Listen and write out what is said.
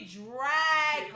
drag